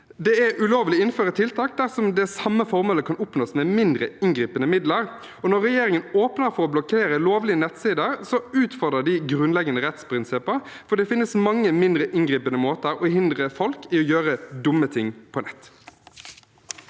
Det er ulovlig å innføre et tiltak dersom det samme formålet kan oppnås med mindre inngripende midler. Når regjeringen åpner for å blokkere lovlige nettsider, utfordrer de grunnleggende rettsprinsipper, for det finnes mange mindre inngripende måter å hindre folk i å gjøre dumme ting på nett